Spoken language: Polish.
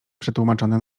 przetłumaczone